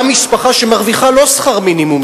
גם משפחה שמרוויחה לא שכר מינימום,